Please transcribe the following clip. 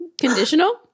Conditional